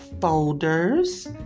folders